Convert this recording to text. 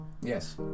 Yes